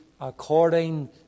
according